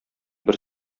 бер